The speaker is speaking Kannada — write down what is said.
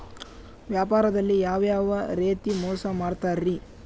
ವ್ಯಾಪಾರದಲ್ಲಿ ಯಾವ್ಯಾವ ರೇತಿ ಮೋಸ ಮಾಡ್ತಾರ್ರಿ?